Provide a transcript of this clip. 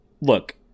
look